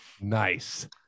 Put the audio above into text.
Nice